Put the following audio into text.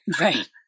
Right